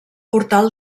portal